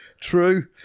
true